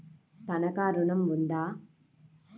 తనఖా ఋణం ఉందా?